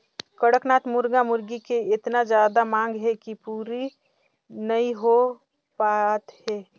कड़कनाथ मुरगा मुरगी के एतना जादा मांग हे कि पूरे नइ हो पात हे